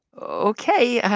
ok.